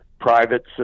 private